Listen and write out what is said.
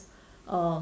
uh